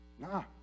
Nah